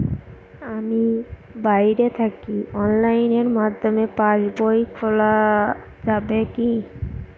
আমি বাইরে থাকি অনলাইনের মাধ্যমে পাস বই খোলা যাবে কি?